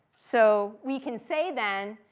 so, we can say then,